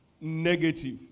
Negative